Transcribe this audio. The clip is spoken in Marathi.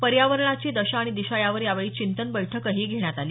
पर्यावरणाची दशा आणि दिशा यावर यावेळी चिंतन बैठकही घेण्यात आली